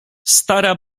stara